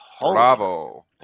Bravo